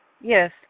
Yes